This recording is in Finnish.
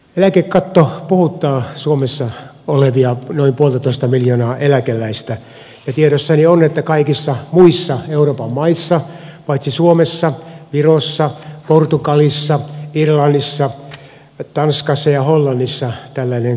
eläkekatto puhuttaa suomessa olevia noin puoltatoista miljoonaa eläkeläistä ja tiedossani on että kaikissa muissa euroopan maissa paitsi suomessa virossa portugalissa irlannissa tanskassa ja hollannissa tällainen katto on määrätty